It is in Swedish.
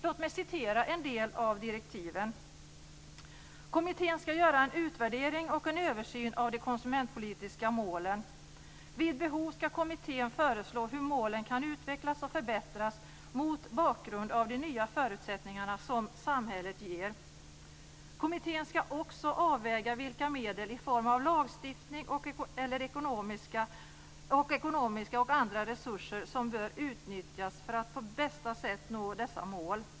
Låt mig citera en del av direktiven: Kommittén skall göra en utvärdering och en översyn av de konsumentpolitiska målen. Vid behov skall kommittén föreslå hur målen kan utvecklas och förbättras mot bakgrund av de nya förutsättningar som samhället ger. Kommittén skall också avväga vilka medel i form av lagstiftning och ekonomiska och andra resurser som bör utnyttjas för att på bästa sätt nå dessa mål.